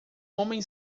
homem